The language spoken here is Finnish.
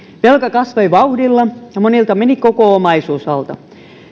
velka kasvoi vauhdilla ja monilta meni koko omaisuus alta